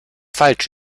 falsch